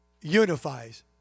unifies